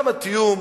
וגם התיאום,